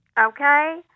okay